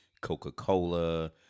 Coca-Cola